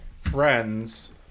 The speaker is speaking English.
friends